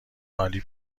عالی